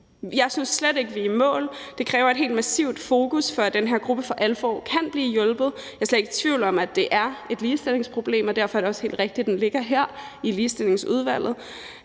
Jeg synes slet ikke, vi er i mål. Det kræver et helt massivt fokus, for at den her gruppe for alvor kan blive hjulpet. Jeg er slet ikke i tvivl om, at det er et ligestillingsproblem, og derfor er det også helt rigtigt, at den ligger i Ligestillingsudvalget,